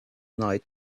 night